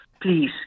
Please